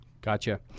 Gotcha